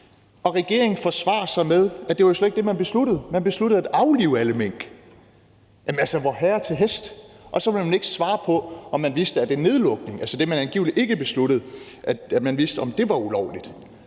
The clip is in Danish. og regeringen forsvarer sig med, at det slet ikke var det, man besluttede; man besluttede at aflive alle mink. Jamen altså, Vorherre til hest! Og så vil man ikke svare på, om man vidste, at en nedlukning, altså det, man angiveligt ikke besluttede, var ulovligt.